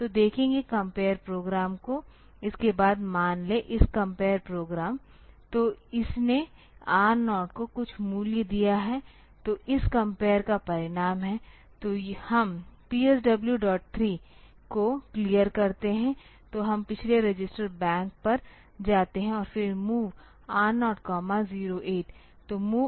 तो देखेंगे compare program को इसके बाद मान ले इस कंपेयर प्रोग्राम तो इसने R0 को कुछ मूल्य दिया है जो इस कंपेयर का परिणाम है तो हम PSW3 को क्लियर करते हैं तो हम पिछले रजिस्टर बैंक पर जाते हैं और फिर MOV R008